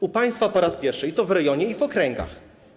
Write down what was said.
U państwa po raz pierwszy, i to i w rejonie, i w okręgach.